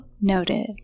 Noted